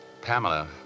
Pamela